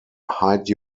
hide